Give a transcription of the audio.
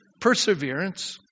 Perseverance